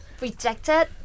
rejected